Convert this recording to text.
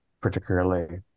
particularly